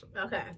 okay